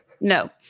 No